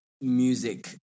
music